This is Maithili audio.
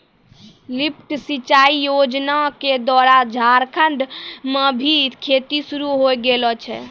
लिफ्ट सिंचाई योजना क द्वारा झारखंड म भी खेती शुरू होय गेलो छै